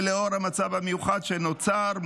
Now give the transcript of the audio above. ולנוכח המצב המיוחד שנוצר,